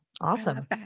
Awesome